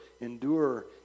endure